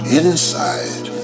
inside